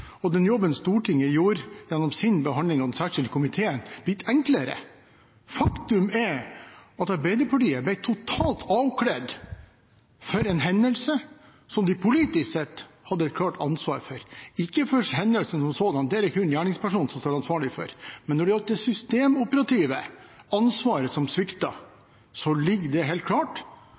og den jobben Stortinget gjorde med behandling av den, hadde blitt enklere. Faktum er at Arbeiderpartiet ble totalt avkledd for en hendelse som de politisk sett hadde et klart ansvar for – ikke for hendelsen som sådan, det er det kun gjerningspersonen som står ansvarlig for, men når det gjaldt det systemoperative ansvaret som sviktet, ligger det helt klart